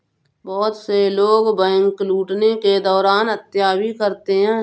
बहुत से लोग बैंक लूटने के दौरान हत्या भी करते हैं